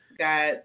got